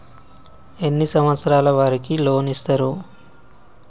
ఎన్ని సంవత్సరాల వారికి లోన్ ఇస్తరు?